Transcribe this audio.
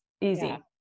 easy